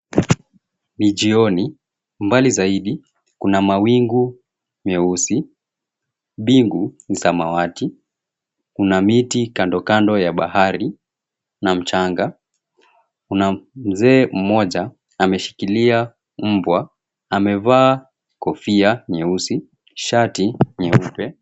Ni jioni. Mbali zaidi kuna mawingu meusi. Mbingu ni samawati. Kuna miti kando kando ya bahari na mchanga. Kuna mzee mmoja ameshikilia mbwa. Amevaa kofia nyeusi, shati nyeupe.